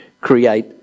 create